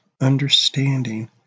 understanding